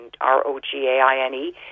R-O-G-A-I-N-E